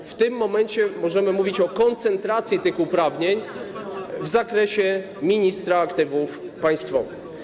W tym momencie możemy mówić o koncentracji tych uprawnień w zakresie kompetencji ministra aktywów państwowych.